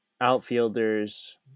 outfielders –